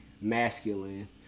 masculine